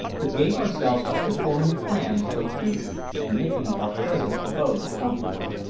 but gave ourselves up to forming plans for the future and making our present abode comfortable.